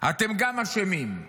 אתם גם אשמים.